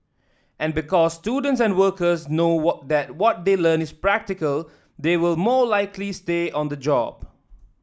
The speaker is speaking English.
and because students and workers know what that what they learn is practical they will more likely stay on the job